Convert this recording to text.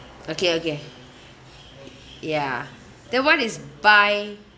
okay okay ya that one is buy